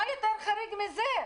-- מה יותר חריג מזה?